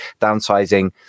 downsizing